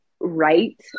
right